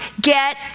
get